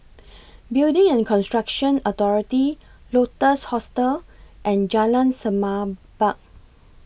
Building and Construction Authority Lotus Hostel and Jalan Semerbak